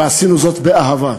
ועשינו זאת באהבה.